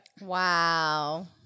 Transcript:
Wow